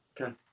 Okay